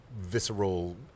visceral